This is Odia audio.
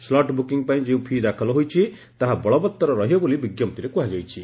ସ୍କୁଟ ବୁକିଂ ପାଇଁ ଯେଉଁ ଫି ଦାଖଲ ହୋଇଛି ତାହା ବଳବତ୍ତର ରହିବ ବୋଲି ବିଙ୍କପ୍ତିରେ କୁହାଯାଇଛି